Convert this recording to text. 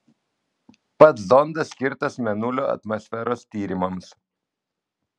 pats zondas skirtas mėnulio atmosferos tyrimams